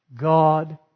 God